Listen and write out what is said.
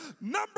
number